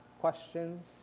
questions